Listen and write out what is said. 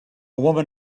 woman